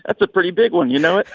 that's a pretty big one you know,